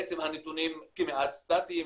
בעצם הנתונים כמעט סטטיים,